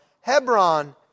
Hebron